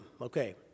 Okay